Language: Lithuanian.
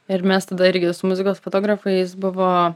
ir mes tada irgi su muzikos fotografais buvo